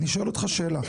אני שואל אותך שאלה.